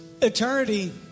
eternity